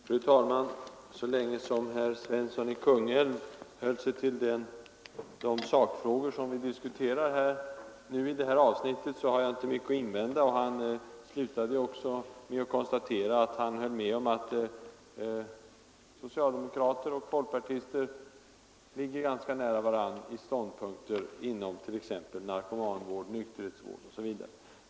Fru talman! Så länge herr Svensson i Kungälv höll sig till de sakfrågor som vi diskuterar i det här avsnittet hade jag inte mycket att invända. Han slutade ju också med att konstatera att han höll med om att socialdemokrater och folkpartister ligger ganska nära varandra i ståndpunkter i fråga om t.ex. narkomanvård och nykterhetsvård.